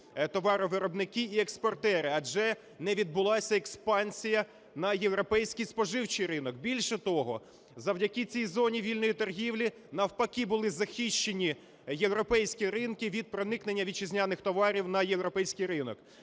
товаровиробники і експортери, адже не відбулася експансія на європейський споживчий ринок. Більше того, завдяки цій зоні вільної торгівлі, навпаки, були захищені європейські ринки від проникнення вітчизняних товарів на європейський ринок.